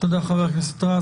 חבר הכנסת רז.